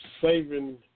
saving